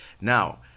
Now